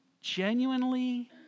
genuinely